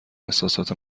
احساسات